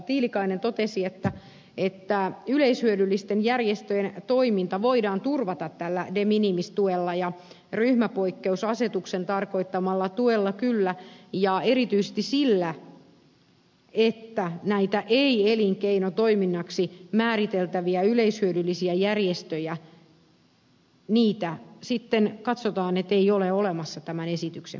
tiilikainen totesi että yleishyödyllisten järjestöjen toiminta voidaan kyllä turvata tällä de minimis tuella ja ryhmäpoikkeusasetuksen tarkoittamalla tuella ja erityisesti sillä että sitten katsotaan että näitä ei elinkeinotoiminnaksi määriteltäviä yleishyödyllisiä järjestöjä ei ole olemassa tämän esityksen piirissä